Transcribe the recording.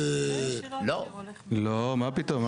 לא מה פתאום.